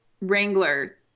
Wrangler